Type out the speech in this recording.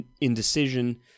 Indecision